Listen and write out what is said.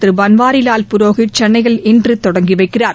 திரு பன்வாரிலால் புரோஹித் சென்னையில் இன்று தொடங்கி வைக்கிறார்